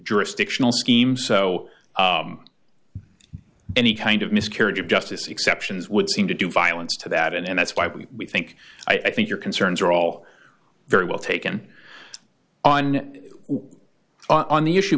jurisdictional scheme so any kind of miscarriage of justice exceptions would seem to do violence to that and that's why we think i think your concerns are all very well taken on on the issue